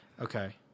Okay